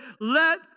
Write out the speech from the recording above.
let